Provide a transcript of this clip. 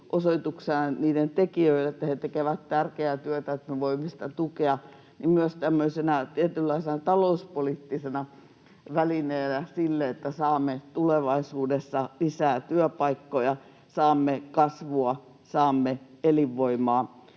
osoituksena niiden tekijöille, että he tekevät tärkeää työtä ja että me voimme sitä tukea, myös tämmöisenä tietynlaisena talouspoliittisena välineenä sille, että saamme tulevaisuudessa lisää työpaikkoja, saamme kasvua ja saamme elinvoimaa